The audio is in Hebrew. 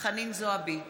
חנין זועבי,